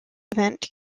event